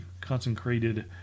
consecrated